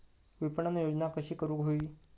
विपणन योजना कशी करुक होई?